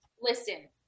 Listen